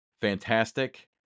fantastic